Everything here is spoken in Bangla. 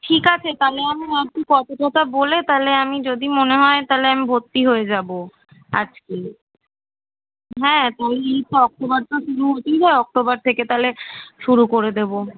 ঠিক আছে তাহলে আমি ভাবছি কথা টথা বলে তালে আমি যদি মনে হয় তালে আমি ভর্তি হয়ে যাবো আজকেই হ্যাঁ তো ওই অক্টোবর তো শুরু হতেই যায় অক্টোবর থেকে তাহলে শুরু করে দেবো